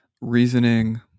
reasoning